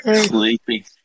Sleepy